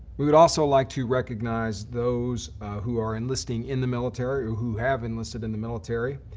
we would also like to recognize those who are enlisting in the military, or who have enlisted in the military.